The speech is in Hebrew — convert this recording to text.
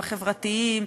החברתיים,